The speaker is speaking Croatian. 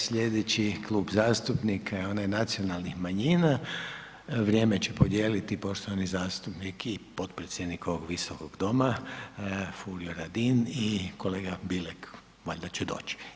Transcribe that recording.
Sljedeći klub zastupnika je onaj Nacionalnih manjina, vrijeme će podijeliti poštovani zastupnik i potpredsjednik ovog Visokog doma Furio Radin i kolega Bilek, valjda će doći.